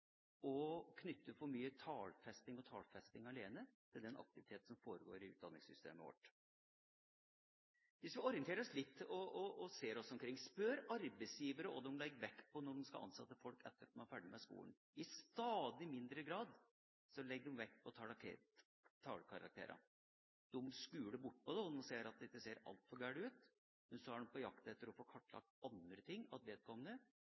knytte for mye tallfesting – og tallfesting alene – til den aktivitet som foregår i utdanningssystemet vårt. Hvis vi orienterer oss litt, ser oss omkring og spør arbeidsgivere hva de legger vekt på når de skal ansette folk etter at de er ferdig med skolen, så sies det at man i stadig mindre grad legger vekt på tallkarakterer. De skuler bort på dem og ser at de ikke ser altfor gale ut, men så er de på jakt etter å få kartlagt andre ting om vedkommende